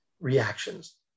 reactions